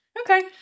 Okay